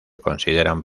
consideran